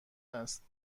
است